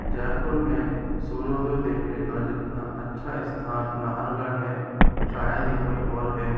जयपुर में सूर्योदय देखने का जितना अच्छा स्थान नाहरगढ़ है शायद ही कोई और है